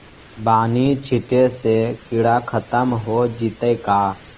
बानि छिटे से किड़ा खत्म हो जितै का?